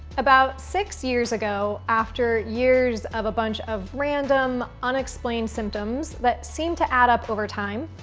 about six years ago, after years of a bunch of random, unexplained symptoms, that seemed to add up over time,